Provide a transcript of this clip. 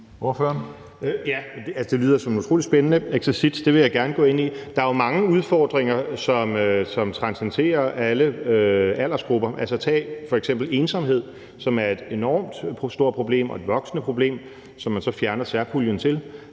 Det vil jeg gerne gå ind i. Der er jo mange udfordringer, som transcenderer alle aldersgrupper. Tag f.eks. ensomhed, som er et enormt stort problem og et voksende problem, og hvor man så fjerner særpuljen til